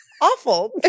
awful